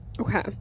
Okay